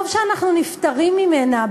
טוב שאנחנו נפטרים ממנה.